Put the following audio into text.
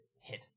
hit